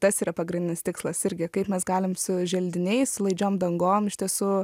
tas yra pagrindinis tikslas irgi kaip mes galim su želdiniais laidžiom dangom iš tiesų